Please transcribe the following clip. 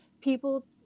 people